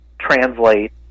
translate